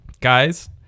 Guys